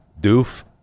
doof